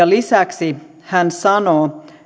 lisäksi hän sanoo